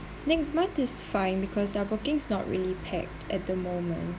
next month is fine because our booking's not really packed at the moment